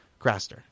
Craster